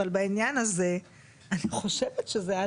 אבל בעניין הזה אני חושבת שזה א',